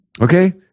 Okay